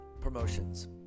promotions